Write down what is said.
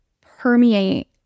permeate